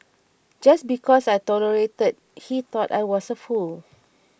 just because I tolerated he thought I was a fool